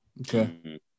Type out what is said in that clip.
Okay